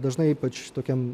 dažnai ypač tokiam